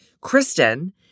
Kristen